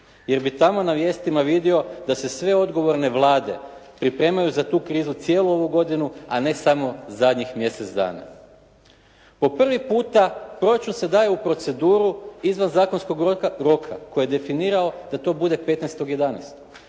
jer bi tamo na vijestima vidio da se sve odgovorne vlade, pripremaju za tu krizu cijelu ovu godinu, a ne samo zadnjih mjesec dana. Po prvi puta proračun se daje u proceduru izvan zakonskog roka koji je definirao da to bude 15. 11.